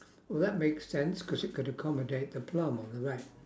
well that makes sense cause it could accommodate the plum on the right